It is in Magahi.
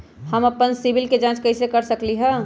हम अपन सिबिल के जाँच कइसे कर सकली ह?